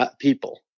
people